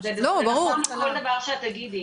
זה דבר שהוא לא פשוט.